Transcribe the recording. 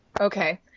Okay